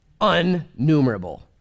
Unnumerable